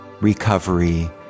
recovery